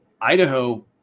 Idaho